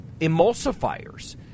emulsifiers